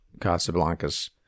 casablanca's